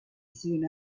soon